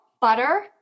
butter